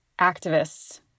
activists